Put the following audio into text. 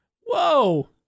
whoa